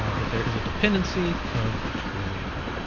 ah that there is a dependency of twilio.